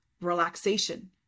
relaxation